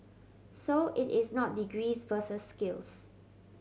so it is not degrees versus skills